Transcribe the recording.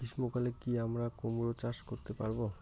গ্রীষ্ম কালে কি আমরা কুমরো চাষ করতে পারবো?